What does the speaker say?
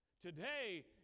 Today